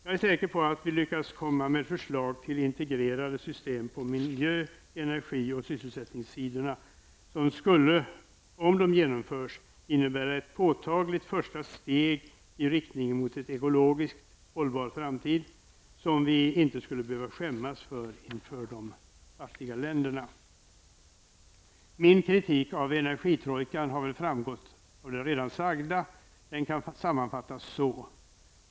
Jag är säker på att vi lyckats komma med förslag till integrerade system på miljö-, energi och sysselsättningssidorna som skulle, om de genomförs, innebära ett påtagligt första steg i riktning mot en ekologiskt hållbar framtid, som vi inte skulle behöva skämmas för inför de fattiga länderna. Min kritik av energitrojkan har väl framgått av det redan sagda. Den kan sammanfattas på följande sätt.